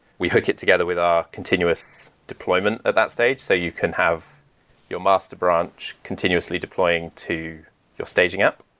we hook it together with our continuous deployment at that stage so you can have your master branch continuously deploying to your staging app.